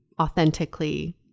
authentically